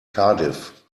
cardiff